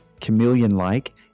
Chameleon-Like